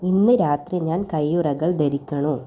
ഇന്ന് രാത്രി ഞാൻ കയ്യുറകൾ ധരിക്കണോ